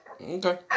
Okay